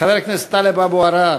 חבר הכנסת טלב אבו עראר.